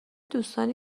دوستانی